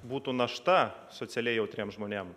būtų našta socialiai jautriem žmonėm